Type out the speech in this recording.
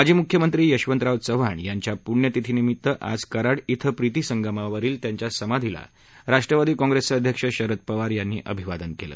माजी मुख्यमंत्री यशवंतराव चव्हाण यांच्या पुण्यतिथीनिमित्त आज कराड श्वं प्रितिसंगमावरील त्यांच्या समाधीला राष्ट्रवादी काँग्रेसचे अध्यक्ष शरद पवार यांनी अभिवादन केलं